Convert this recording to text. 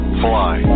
fly